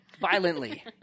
violently